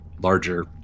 larger